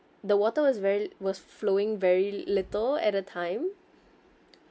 the water was very was flowing very little at a time